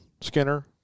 Skinner